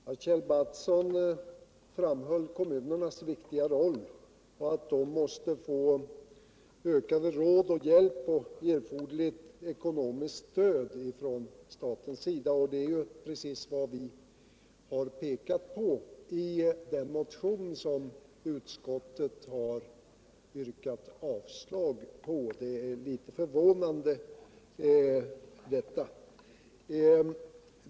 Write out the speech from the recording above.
Herr talman! Kjell Mattsson framhöll kommunernas viktiga roll och att de måste få mera råd och hjälp och erforderligt ekonomiskt stöd från statens sida. Det är precis vad vi har pekat på i den motion som utskottet har yrkat avslag på — det är litet förvånande detta.